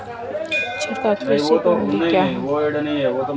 छिड़काव सिंचाई प्रणाली क्या है बताएँ?